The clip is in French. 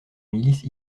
milice